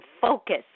focus